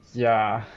ya